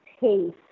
taste